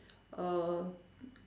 uh